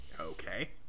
Okay